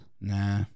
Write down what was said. Nah